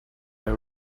and